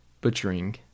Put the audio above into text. butchering